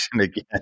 again